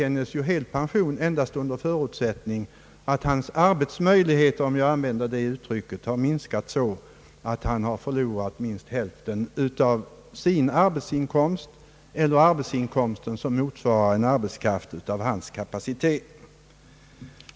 Hel pension tillerkänns honom endast under förutsättning att hans arbetsmöjligheter, för att använda det uttrycket, har minskat så att han har förlorat större delen av sin arbetsinkomst eller den arbetsinkomst som motsvarar en arbetskraft av hans kapacitet.